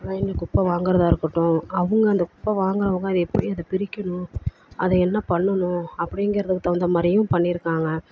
ரைனி குப்பை வாங்குறதாக இருக்கட்டும் அவங்க அந்த குப்பை வாங்குகிறவங்க அதை எப்படி அதை பிரிக்கணும் அதை என்ன பண்ணணும் அப்படிங்கிறதுக்கு தகுந்த மாதிரியும் பண்ணியிருக்காங்க